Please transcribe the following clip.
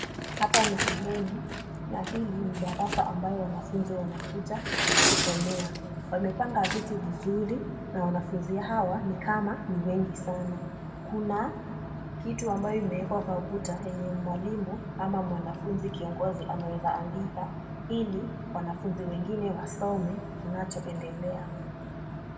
Hapa ni shuleni na hili ni darasa ambayo wanafunzi wanakuja kusomea. Wamepanga viti vizuri na wanafunzi hawa ni kama ni wengi sana. Kuna kitu ambayo imewekwa kwa ukuta yenye mwalimu ama mwanafunzi kiongozi anaweza andika ili wanafunzi wengine wasome kinachoendelea.